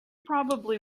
probably